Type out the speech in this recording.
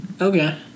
Okay